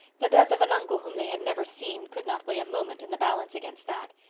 the death of an uncle whom they had never seen could not weigh a moment in the balance against that.